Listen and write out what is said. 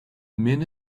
men